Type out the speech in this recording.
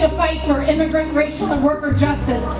apply for immigrant, racial and worker justice.